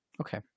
Okay